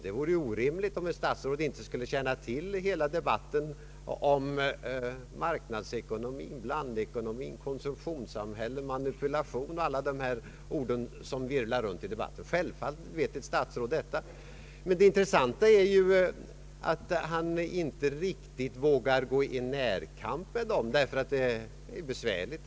Det vore ju orim ligt om ett statsråd inte skulle känna till hela debatten om marknadsekonomin, blandekonomin, konsumtionssamhället och talet om manipulationer, alla de ord som virvlar runt i debatten. Självfallet vet statsrådet detta. Det intressanta är att herr Lange inte riktigt vågar gå i närkamp med dessa problem, eftersom de är besvärliga.